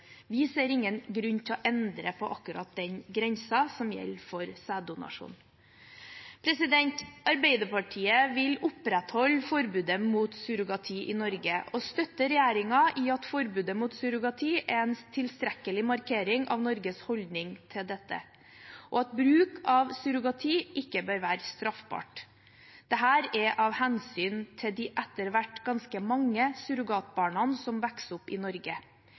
Vi ser ingen grunn til å endre på akkurat den grensen som gjelder for sæddonasjon. Arbeiderpartiet vil opprettholde forbudet mot surrogati i Norge og støtter regjeringen i at forbudet mot surrogati er en tilstrekkelig markering av Norges holdning til dette, og at bruk av surrogati ikke bør være straffbart. Dette er av hensyn til de etter hvert ganske mange surrogatbarna som vokser opp i Norge.